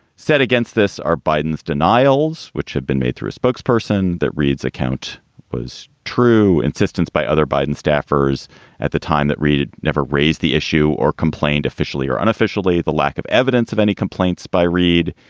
set against this are biden's denials, which had been made through a spokesperson that reid's account was true. insistence by other biden staffers at the time that reid never raised the issue or complained officially or unofficially the lack of evidence of any complaints by reid,